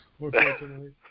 Unfortunately